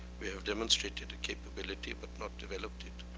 we have demonstrated a capability, but not developed it.